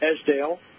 Esdale